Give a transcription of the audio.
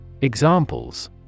Examples